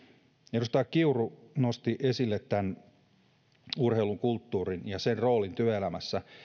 edustaja kiuru nosti esille urheilun ja kulttuurin ja niiden roolin työelämässä